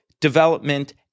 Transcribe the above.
development